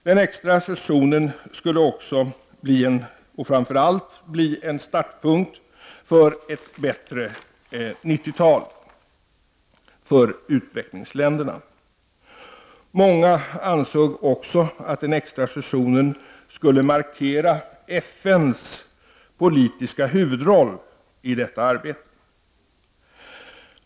Den extra sessionen skulle också och framför allt bli en startpunkt för ett bättre 90-tal för utvecklingsländerna. Många ansåg också att extrasessionen skulle markera FNs politiska huvudroll i detta arbete.